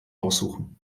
aussuchen